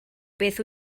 beth